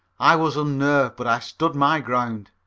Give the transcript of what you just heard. i was unnerved, but i stood my ground.